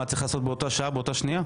מה, צריך לעשות באותה שעה ובאותה שנייה?